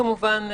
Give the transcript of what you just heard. כמובן,